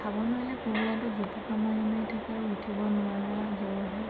খাব নোৱাৰিলে কুকুৰাটো জোপোকা মাৰি মাৰি থাকে আৰু উঠিব নোৱাৰা জ্বৰ হয়